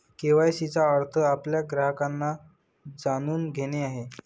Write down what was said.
KYC चा अर्थ आपल्या ग्राहकांना जाणून घेणे आहे